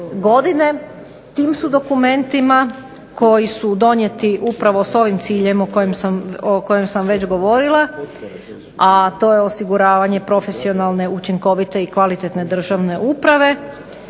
Tim su dokumentima koji su donijeti upravo s ovim ciljem o kojem sam već govorila a to je osiguravanje profesionalne, učinkovite i kvalitetne državne uprave